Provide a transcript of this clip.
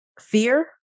fear